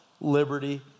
liberty